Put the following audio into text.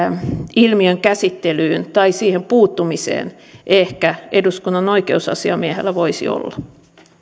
ilmiön käsittelyyn tai siihen puuttumiseen ehkä eduskunnan oikeusasiamiehellä voisi olla